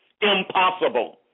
Impossible